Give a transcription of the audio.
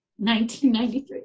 1993